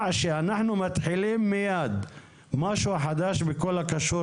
שאנחנו מתחילים מייד משהו חדש בכל הקשור